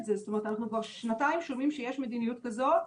זה: אנחנו שומעים כבר שנתיים שיש מדיניות כזאת,